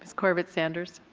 corbett sanders.